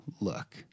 Look